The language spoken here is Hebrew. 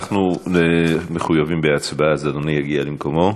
אנחנו מחויבים בהצבעה, אז אדוני יגיע למקומו.